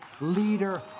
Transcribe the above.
leader